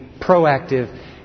proactive